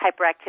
hyperactivity